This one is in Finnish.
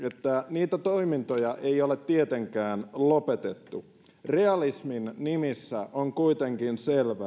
niitä toimintoja ei ole tietenkään lopetettu realismin nimissä on kuitenkin